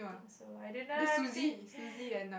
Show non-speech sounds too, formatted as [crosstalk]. so I didn't know everything [breath]